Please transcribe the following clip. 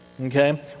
okay